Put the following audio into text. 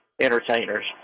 entertainers